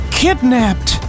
kidnapped